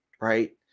right